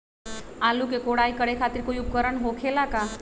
आलू के कोराई करे खातिर कोई उपकरण हो खेला का?